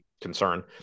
concern